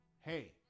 hey